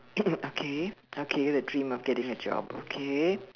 okay okay the dream of getting a job okay